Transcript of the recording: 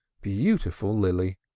beautiful lily!